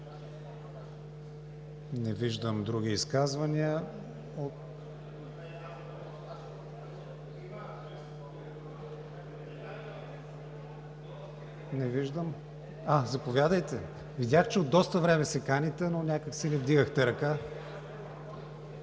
Не виждам други изказвания. Заповядайте. Видях, че от доста време се каните, но някак си не вдигахте ръка